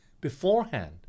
beforehand